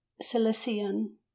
cilician